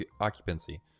occupancy